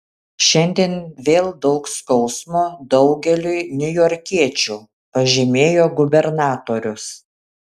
šiandien vėl daug skausmo daugeliui niujorkiečių pažymėjo gubernatorius